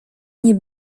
nie